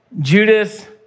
Judas